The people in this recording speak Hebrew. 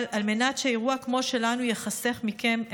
אבל כדי שאירוע כמו שלנו ייחסך מכם,